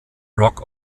rock